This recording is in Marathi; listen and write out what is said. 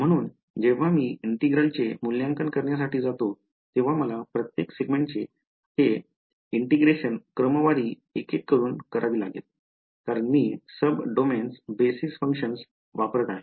म्हणून जेव्हा मी इंटिग्रलचे मूल्यांकन करण्यासाठी जातो तेव्हा मला प्रत्येक सेगमेंटचे हे इंटिग्रेशन क्रमवारी एक एक करून करावी लागेल कारण मी सब डोमेन्स बेसिस फंक्शन्स वापरत आहे